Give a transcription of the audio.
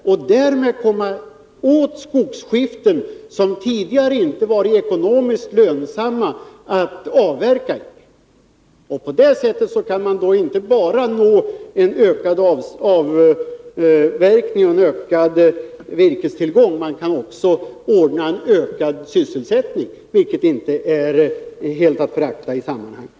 Därmed kan man komma åt skogsskiften, som det tidigare inte varit ekonomiskt lönsamt att avverka. På det sättet kan man åstadkomma inte bara en större avverkning och virkestillgång utan också en ökad sysselsättning, vilket inte är att förakta i sammanhanget.